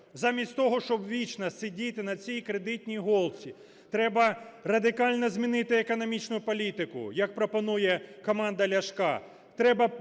Замість того, щоб вічно сидіти на цій кредитній голці, треба радикально змінити економічну політику, як пропонує команда Ляшка,